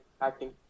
acting